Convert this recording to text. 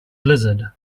blizzard